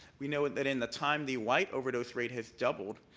we know that in the time the white overdose rate has doubled,